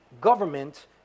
government